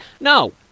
No